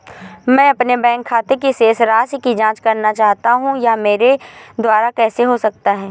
मैं अपने बैंक खाते की शेष राशि की जाँच करना चाहता हूँ यह मेरे द्वारा कैसे हो सकता है?